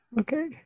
okay